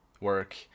work